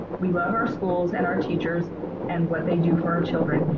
we love our schools and our teachers and what they do for our children.